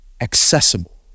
accessible